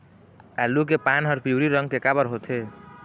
आलू के पान हर पिवरी रंग के काबर होथे?